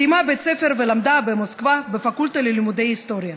היא סיימה בית ספר ולמדה במוסקבה בפקולטה ללימודי היסטוריה.